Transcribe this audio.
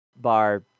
bar